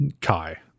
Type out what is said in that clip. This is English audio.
Kai